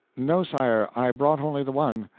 no, sire, i brought only the one.